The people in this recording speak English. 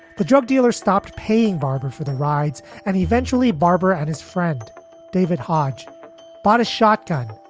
the drug dealer stopped paying barber for the rides, and eventually barber and his friend david hodge bought a shotgun,